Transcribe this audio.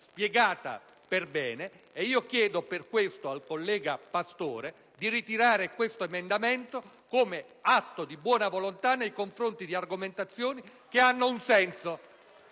spiegata per bene. Chiedo comunque al collega Pastore di ritirare l'emendamento 4.140, come atto di buona volontà nei confronti di argomentazioni che hanno un senso.